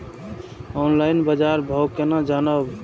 Online बाजार भाव केना जानब?